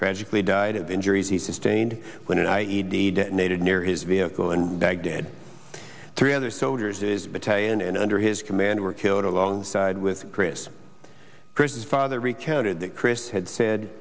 tragically died of injuries he sustained when an i e d detonated near his vehicle in baghdad three other soldiers it is battalion and under his command were killed alongside with chris christie's father recounted that chris had said